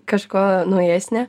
kažko naujesnio